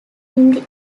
hindi